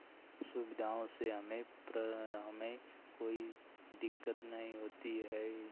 सुविधाओं से हमें प्र हमें कोई दिक्कत नहीं होती है